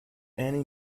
annie